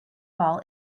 ball